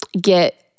get